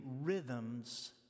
rhythms